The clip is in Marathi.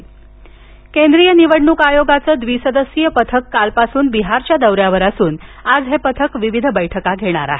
बिहार केंद्रीय निवडणूक आयोगाचं द्विसदस्यीय पथक कालपासून बिहारच्या दौऱ्यावर असून आज हे पथक विविध बैठका घेणार आहे